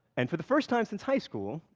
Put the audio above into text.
and for the first time since high school,